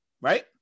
Right